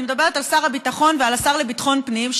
ואני מדברת על שר הביטחון ועל השר לביטחון פנים,